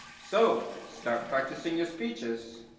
so start practicing your speeches.